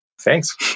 thanks